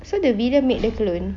so the villain made the clone